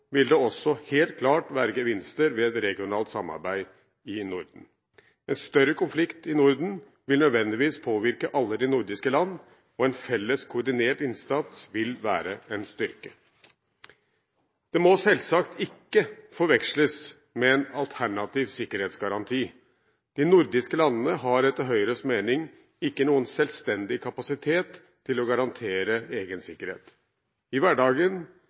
vil det også helt klart være gevinster ved et regionalt samarbeid i Norden. En større konflikt i Norden vil nødvendigvis påvirke alle de nordiske land, og en felles koordinert innsats vil være en styrke. Dette må selvsagt ikke forveksles med en alternativ sikkerhetsgaranti – de nordiske landene har etter Høyres mening ikke noen selvstendig kapasitet til å garantere egen sikkerhet. I hverdagen